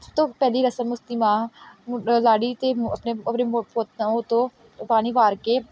ਸਭ ਤੋਂ ਪਹਿਲੀ ਰਸਮ ਉਸਦੀ ਮਾਂ ਮ ਲਾੜੀ ਤੋਂ ਆਪਣੇ ਆਪਣੇ ਪੁੱਤ ਨਹੁੰ ਤੋਂ ਪਾਣੀ ਵਾਰ ਕੇ